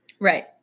Right